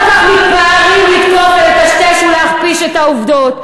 כך מתפארים לתקוף ולהכפיש ולטשטש את העובדות.